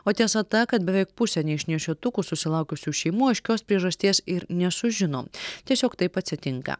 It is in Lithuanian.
o tiesa ta kad beveik pusė neišnešiotukų susilaukusių šeimų aiškios priežasties ir nesužino tiesiog taip atsitinka